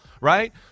Right